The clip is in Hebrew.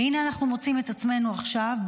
והינה אנחנו מוצאים את עצמנו עכשיו,